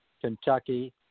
Kentucky